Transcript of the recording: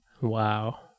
Wow